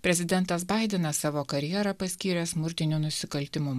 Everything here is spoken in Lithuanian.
prezidentas baidenas savo karjerą paskyrė smurtinių nusikaltimų